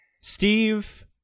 Steve